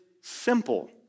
simple